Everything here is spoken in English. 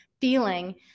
feeling